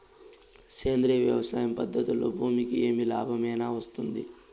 సేంద్రియ వ్యవసాయం పద్ధతులలో భూమికి ఏమి లాభమేనా వస్తుంది?